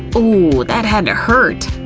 ooh, that had to hurt.